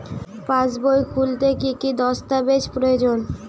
পাসবই খুলতে কি কি দস্তাবেজ প্রয়োজন?